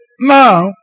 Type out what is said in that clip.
Now